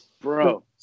bro